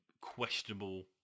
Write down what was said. questionable